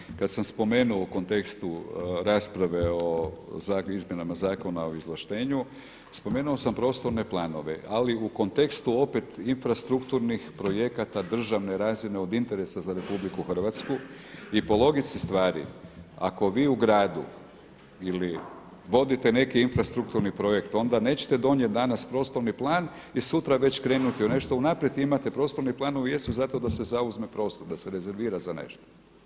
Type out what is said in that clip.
Kolega Klarić, kada sam spomenuo u kontekstu rasprave o izmjenama Zakona o izvlaštenju spomenuo sam prostorne planove, ali u kontekstu opet infrastrukturnih projekata državne razine od interesa za RH i po logici stvari ako vi u gradu vodite neki infrastrukturni projekt onda nećete donijeti prostorni plan i sutra već krenuti u nešto unaprijed … imate prostorni planovi jesu za to da se zauzme prostor da se rezervira za nešto.